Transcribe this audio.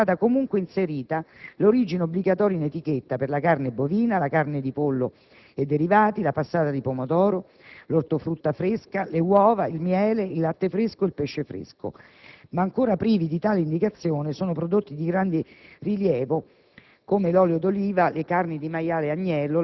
di emergenze concernenti la sicurezza dei prodotti, è stata comunque inserita l'origine obbligatoria in etichetta per la carne bovina, la carne di pollo e derivati, la passata di pomodoro, l'ortofrutta fresca, le uova, il miele, il latte fresco e il pesce fresco; ma ancora privi di tale indicazione sono prodotti di grande rilievo,